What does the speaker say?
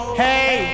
hey